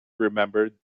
remembered